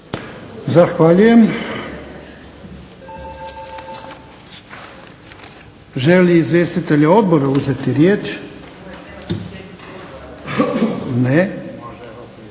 Zahvaljujem. Žele li izvjestitelji odbora uzeti riječ? Ne.